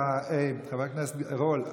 חבר הכנסת רול,